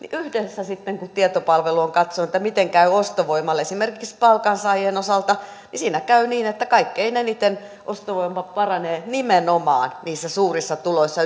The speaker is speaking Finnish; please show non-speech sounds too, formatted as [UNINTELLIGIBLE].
niin lopputulos sitten näkyy tietenkin siinä kuten tietopalvelu on katsonut miten käy ostovoimalle esimerkiksi palkansaajien osalta että kaikkein eniten ostovoima paranee nimenomaan niissä suurissa tuloissa [UNINTELLIGIBLE]